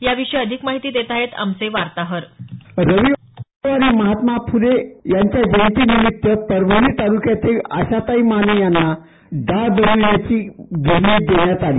याविषयी अधिक माहिती देत आहेत आमचे परभणीचे वार्ताहर रविवारी महात्मा फुले यांच्या जयंतीनिमित्त परभणी तालुक्यातील आशाताई माने यांना दाळ बनवण्याची गिरणी देण्यात आली